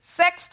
sex